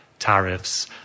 tariffs